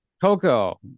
Coco